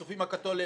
הצופים הקטולים,